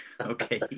Okay